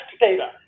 data